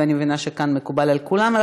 ואני מבינה שזה מקובל כאן על כולם.